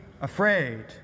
afraid